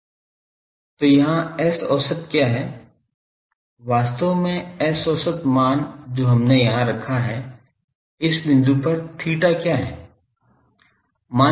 तो यहाँ S औसत क्या है वास्तव में S औसत मान जो हमने यहाँ रखा है इस बिंदु पर theta क्या है